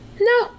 No